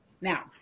now